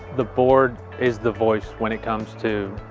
the board is the voice when it comes to